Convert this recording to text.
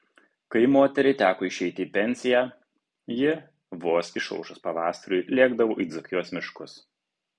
kai moteriai teko išeiti į pensiją ji vos išaušus pavasariui lėkdavo į dzūkijos miškus